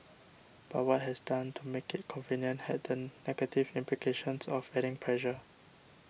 but what was done to make it convenient had the negative implications of adding pressure